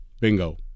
Bingo